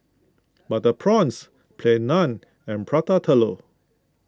Butter Prawns Plain Naan and Prata Telur